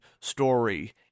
story